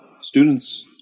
Students